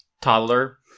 toddler